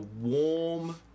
warm